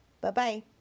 Bye-bye